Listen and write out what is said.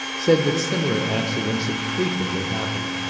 said, that similar accidents had frequently happened,